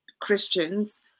Christians